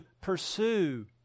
pursue